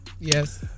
yes